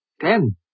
Ten